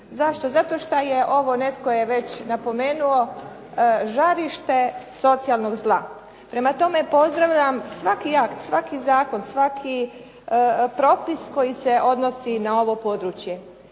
Zato jer što je ovo, netko je već spomenuo, žarište socijalnog zla. Prema tome, pozdravljam svaki akt, svaki zakon, svaki propis koji se odnosi na ovo područje.